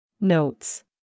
Notes